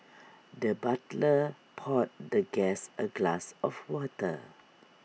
the butler poured the guest A glass of water